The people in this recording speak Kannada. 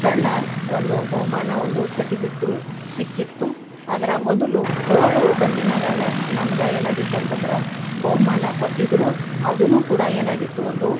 ಸಣ್ಣ ಒಂದು ಬಹುಮಾನ ಒಂದು ಸರ್ಟಿಫಿಕ್ಟು ಸಿಕ್ಕಿತ್ತು ಆದ್ರೆ ಮೊದಲು ಥರ್ಡ್ ಬಂದಿದಾಗ ನಮ್ಗೆ ಏನಾಗಿತ್ತು ಅಂತಂದ್ರೆ ಬಹುಮಾನ ಕೊಟ್ಟಿದ್ರು ಅದು ಕೂಡ ಏನಾಗಿತ್ತು ಒಂದು